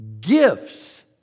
Gifts